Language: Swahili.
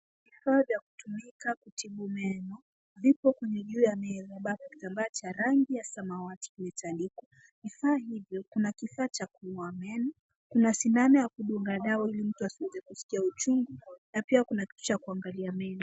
Vifaa vya kutumika kutibu meno vipo kwenye juu ya meza ambapo kitambaa cha rangi ya samawati imetandikwa. Vifaa hivyo kuna kifaa cha kung'oa meno, kuna sindano ya kudunga dawa ili mtu asiweze kusikia uchungu na pia kuna kitu cha kuangalia meno.